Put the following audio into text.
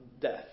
death